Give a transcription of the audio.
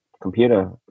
computer